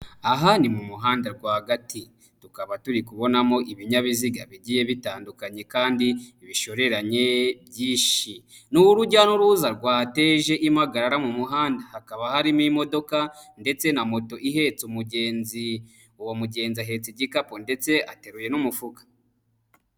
Aha ni mu muhanda rwagati tukaba turi kubonamo ibinyabiziga bigiye bitandukanye kandi bishoreranye byinshi, ni urujya n'uruza rwateje impagarara mu muhanda, hakaba harimo imodoka ndetse na moto ihetse umugenzi, uwo mugenzi ahetse igikapu ndetse ateruwe n'umufuka.